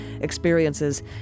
experiences